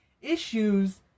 issues